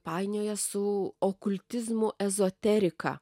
painioja su okultizmu ezoterika